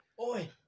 Oi